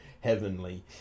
heavenly